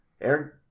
Eric